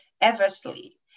Eversley